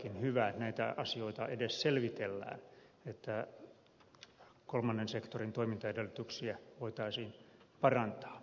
hyvä että näitä asioita edes selvitellään että kolmannen sektorin toimintaedellytyksiä voitaisiin parantaa